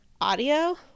audio